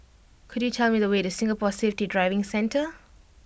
could you tell me the way to Singapore Safety Driving Centre